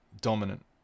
dominant